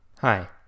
Hi